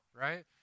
right